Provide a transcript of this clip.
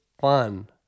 fun